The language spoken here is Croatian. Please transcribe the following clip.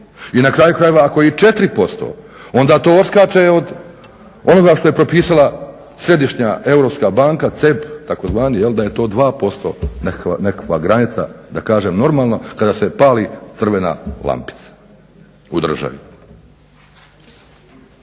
I na kraju krajeva ako je i 4% onda to odskače od onoga što je propisala Središnja europska banka CEB takozvani da je to 2% nekakva granica da kažem normalno kada se pali crvena lampica u državi.